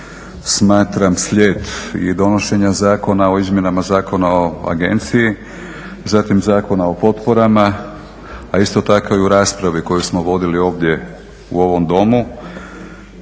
smatram slijed i donošenja zakona o izmjenama Zakona o agenciji, zatim Zakona o potporama, a isto tako i u raspravi koju smo vodili ovdje u ovom Domu